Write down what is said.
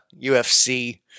UFC